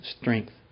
strength